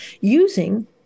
using